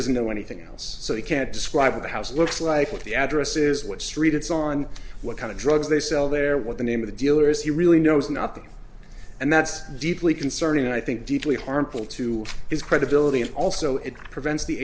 doesn't know anything else so he can't describe the house looks like what the address is what street it's on what kind of drugs they sell there what the name of the dealer is he really knows nothing and that's deeply concerning and i think deeply harmful to his credibility and also it prevents the